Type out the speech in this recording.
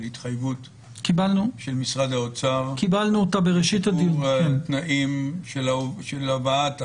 התחייבות של משרד האוצר לשיפור התנאים של הבאת האסיר.